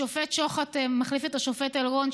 השופט שוחט מחליף את השופט אלרון,